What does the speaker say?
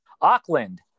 Auckland